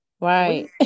right